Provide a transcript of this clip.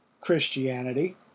Christianity